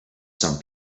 some